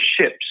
ships